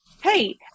Hey